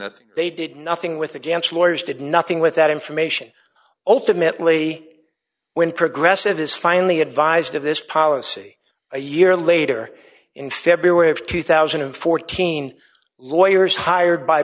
thing they did nothing with against lawyers did nothing with that information ultimately when progressive is finally advised of this policy a year later in february of two thousand and fourteen lawyers hired by